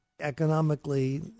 economically